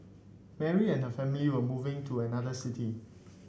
Mary and her family were moving to another city